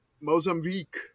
Mozambique